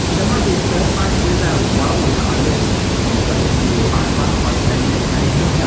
there might be a third factor in there as well, and i risk some social media backlash by saying this maybe. yeah